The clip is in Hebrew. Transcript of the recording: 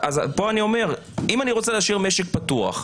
אם אני רוצה לשאיר משק פתוח,